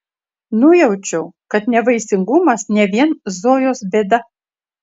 nujaučiau kad nevaisingumas ne vien zojos bėda